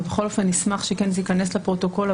ואנחנו נשמח שהבקשה שלנו בכל זאת תיכנס לפרוטוקול.